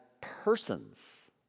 persons